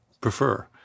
prefer